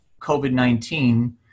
COVID-19